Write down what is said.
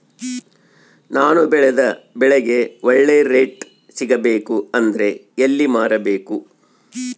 ನಾನು ಬೆಳೆದ ಬೆಳೆಗೆ ಒಳ್ಳೆ ರೇಟ್ ಸಿಗಬೇಕು ಅಂದ್ರೆ ಎಲ್ಲಿ ಮಾರಬೇಕು?